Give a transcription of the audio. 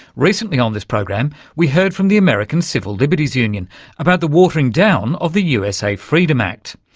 recently on this program we heard from the american civil liberties union about the watering down of the usa freedom act,